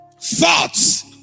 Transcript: Thoughts